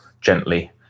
gently